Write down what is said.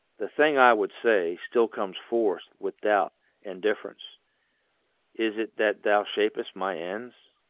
the thing i would say, still comes forth with doubt and difference is it that thou shap'st my ends?